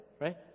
right